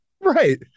Right